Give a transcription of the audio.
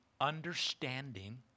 understanding